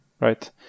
right